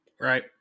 Right